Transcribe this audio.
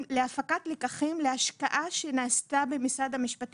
להפקת לקחים ולהשקעה שנעשתה על התקנות